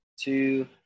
two